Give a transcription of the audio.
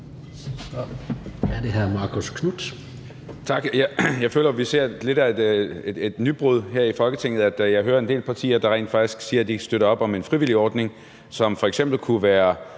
Tak. Jeg føler jo, at vi ser lidt af et nybrud her i Folketinget, da jeg hører en del partier, der rent faktisk siger, at de kan støtte op om en frivillig ordning, som f.eks. kunne være